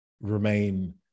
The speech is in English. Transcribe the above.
remain